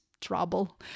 trouble